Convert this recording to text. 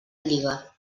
lliga